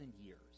years